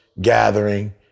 gathering